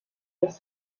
das